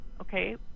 okay